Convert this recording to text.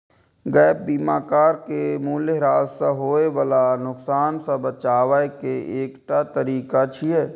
gap बीमा car के मूल्यह्रास सं होय बला नुकसान सं बचाबै के एकटा तरीका छियै